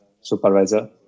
supervisor